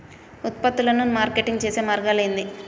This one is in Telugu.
ఉత్పత్తులను మార్కెటింగ్ చేసే మార్గాలు ఏంది?